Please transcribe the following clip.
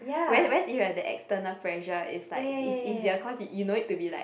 whereas whereas if you have the external pressure it's like it's easier cause you don't need to be like